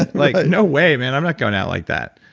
like, no way man, i'm not going out like that.